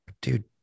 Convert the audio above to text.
dude